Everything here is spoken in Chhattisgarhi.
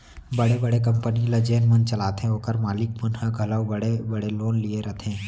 बड़े बड़े कंपनी ल जेन मन चलाथें ओकर मालिक मन ह घलौ बड़े बड़े लोन लिये रथें